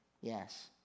Yes